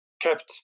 kept